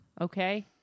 Okay